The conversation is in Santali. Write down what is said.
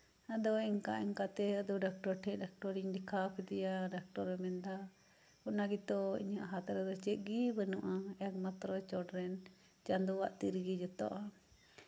ᱟᱫᱚ ᱮᱱᱠᱟᱼᱮᱱᱠᱟ ᱛᱮ ᱰᱟᱠᱴᱚᱨ ᱴᱷᱮᱱ ᱰᱟᱠᱴᱚᱨᱤᱧ ᱫᱮᱠᱷᱟᱣ ᱠᱮᱫᱮᱭᱟ ᱰᱟᱠᱴᱚᱨᱮ ᱢᱮᱱᱫᱟ ᱚᱱᱟ ᱜᱮᱛᱚ ᱤᱧᱟᱹᱜ ᱦᱟᱛ ᱨᱮᱫᱚ ᱪᱮᱫ ᱜᱮ ᱵᱟᱱᱩᱜᱼᱟ ᱮᱠᱢᱟᱛᱨᱚ ᱪᱮᱴᱨᱮᱱ ᱪᱟᱸᱫᱚᱣᱟᱜ ᱛᱤ ᱨᱮᱜᱮ ᱡᱚᱛᱚᱣᱟᱜ